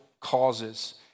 causes